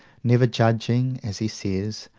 never judging, as he says,